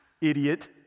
idiot